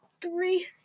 Three